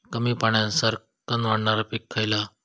कमी पाण्यात सरक्कन वाढणारा पीक खयला?